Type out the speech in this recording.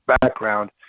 background